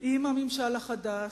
עם הממשל החדש,